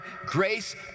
grace